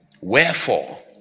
Wherefore